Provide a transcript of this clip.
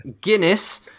Guinness